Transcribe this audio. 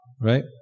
right